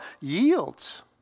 yields